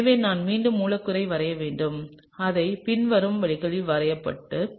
எனவே நான் மீண்டும் மூலக்கூறை வரைய வேண்டும் அதை பின்வரும் வழியில் வரையட்டும்